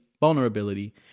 vulnerability